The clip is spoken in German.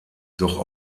doch